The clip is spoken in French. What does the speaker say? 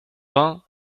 vingt